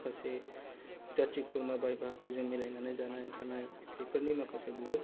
माखासे जाथि खुरमा बाय बाहागिखौ जों मिलायनानै जानाय थानाय बेफोरनि माखासे बहुद